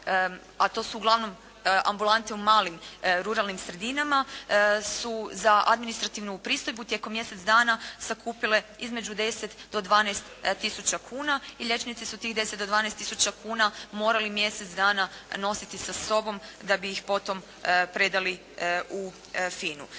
a to su uglavnom ambulante u malim ruralnim sredinama, su za administrativnu pristojbu tijekom mjesec dana sakupile između 10 do 12 tisuća kuna i liječnici su tih 10 do 12 tisuća kuna morali mjesec dana nositi sa sobom da bi ih potom predali u FINA-u.